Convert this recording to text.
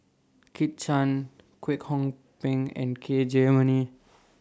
Kit Chan Kwek Hong Png and K Jayamani